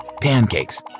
Pancakes